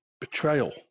betrayal